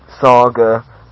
saga